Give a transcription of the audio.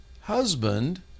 husband